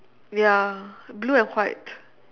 ya blue and white